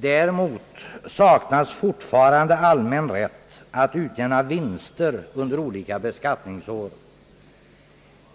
Däremot saknas fortfarande allmän rätt att utjämna vinster under olika beskattningsår,